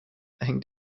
hängt